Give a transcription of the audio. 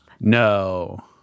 no